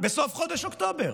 בסוף חודש ינואר.